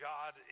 God